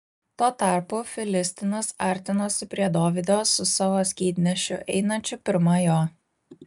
tuo tarpu filistinas artinosi prie dovydo su savo skydnešiu einančiu pirma jo